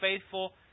faithful